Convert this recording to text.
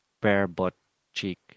bare-butt-cheek